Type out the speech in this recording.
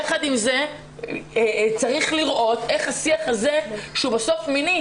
יחד עם זה, לשיח הזה שבסוף הוא מיני